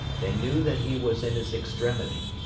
they knew that he was in his extremity.